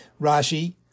Rashi